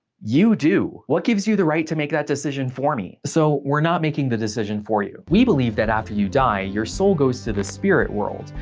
you do. what gives you the right to make that decision for me? so, we're not making the decision for you. we believe that after you die, your soul goes to the spirit world,